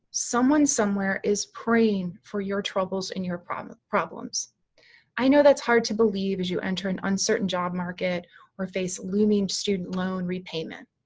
someone somewhere is praying for your troubles and your problems. i know that's hard to believe as you enter an uncertain job market or face looming student loan repayment.